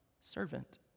servant